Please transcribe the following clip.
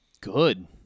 good